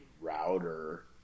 router